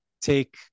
take